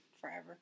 forever